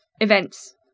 events